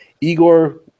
Igor